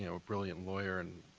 you know a brilliant lawyer and,